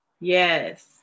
Yes